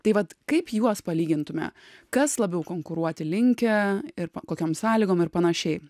tai vat kaip juos palygintume kas labiau konkuruoti linkę ir kokiom sąlygom ir panašiai